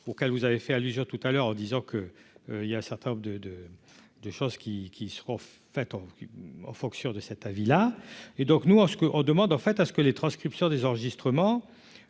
auquel vous avez fait allusion tout à l'heure en disant que, il y a un certain nombre de, de, de choses qui qui se fait en fonction de cet avis là et donc nous en ce qu'on demande en fait à ce que les transcriptions des enregistrements